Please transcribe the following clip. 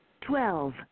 Twelve